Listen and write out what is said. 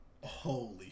Holy